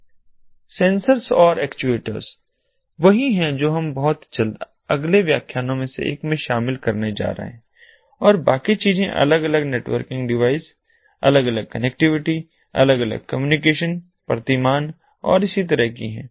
sensors और actuators वही हैं जो हम बहुत जल्द अगले व्याख्यानों में से एक में शामिल करने जा रहे हैं और बाकी चीजें अलग अलग नेटवर्किंग डिवाइस अलग अलग कनेक्टिविटी अलग अलग कम्युनिकेशन प्रतिमान और इसी तरह की हैं